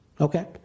Okay